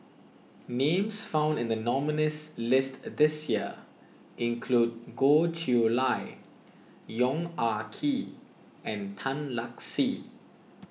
names found in the nominees' list this year include Goh Chiew Lye Yong Ah Kee and Tan Lark Sye